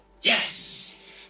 Yes